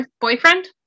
boyfriend